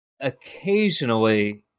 Occasionally